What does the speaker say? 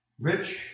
rich